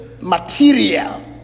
material